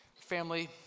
family